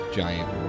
giant